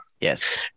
Yes